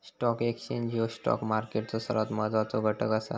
stock exchange ह्यो stock मार्केटचो सर्वात महत्वाचो घटक असा